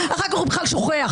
אחר כך הוא בכלל שוכח,